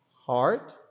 heart